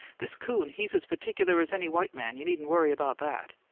this coon, he's as particular as any white man you needn't worry about that.